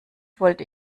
wollte